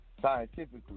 scientifically